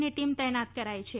ની ટીમ તહેનાત કરાઈ છે